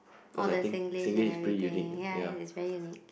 oh the Singlish and everything ya it's very unique